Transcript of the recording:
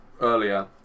earlier